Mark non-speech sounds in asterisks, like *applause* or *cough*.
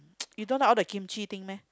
*noise* you don't like all the kimchi thing meh